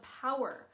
power